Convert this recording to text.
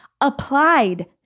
Applied